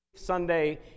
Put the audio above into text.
Sunday